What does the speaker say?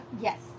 Yes